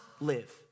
live